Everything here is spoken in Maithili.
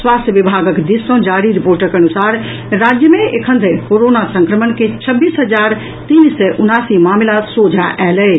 स्वास्थ्य विभागक दिस सँ जारी रिपोर्टक अनुसार राज्य मे एखन धरि कोरोना संक्रमण के छब्बीस हजार तीन सय उनासी मामिला सोझा आयल अछि